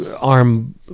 arm